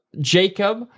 Jacob